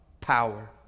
power